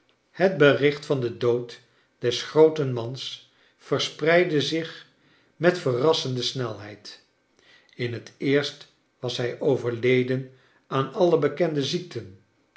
het bericht van den dood des grooten mans verspreidde zich met verrassende snelheid in het eerst was hij overleden aan alle bekende ziekten